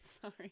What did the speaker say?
sorry